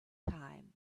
time